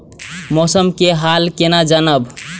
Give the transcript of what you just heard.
मौसम के हाल केना जानब?